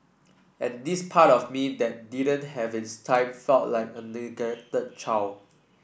and this part of me that didn't have its time felt like a child